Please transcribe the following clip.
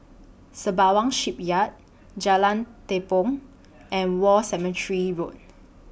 Sembawang Shipyard Jalan Tepong and War Cemetery Road